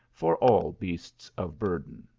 for all beasts of burden.